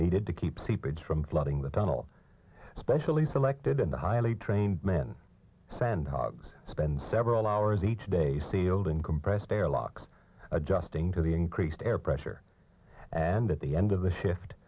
needed to keep seepage from flooding the tunnel specially selected in the highly trained men sand hogs spend several hours each day sealed and compressed air lock adjusting to the increased air pressure and at the end of the shift